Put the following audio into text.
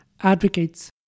advocates